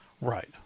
Right